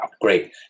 great